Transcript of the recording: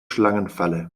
schlangenfalle